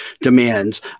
demands